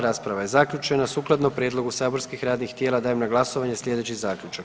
Rasprava je zaključena sukladno prijedlogu saborskih radnih tijela dajem na glasovanje sljedeći zaključak.